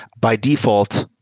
by default,